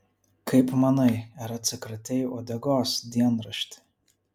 kaip manai ar atsikratei uodegos dienrašti